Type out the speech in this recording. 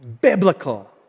biblical